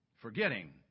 forgetting